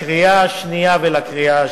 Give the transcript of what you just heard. לקריאה שנייה ולקריאה שלישית.